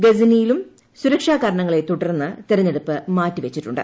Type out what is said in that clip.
ഗസനിയിലും സുരക്ഷാ കാരണങ്ങളെ തുടർന്ന് തെരഞ്ഞെടുപ്പ് മാറ്റി വെച്ചിട്ടുണ്ട്